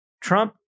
Trump